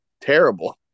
terrible